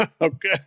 Okay